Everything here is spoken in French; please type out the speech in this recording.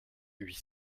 huit